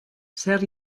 zer